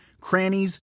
crannies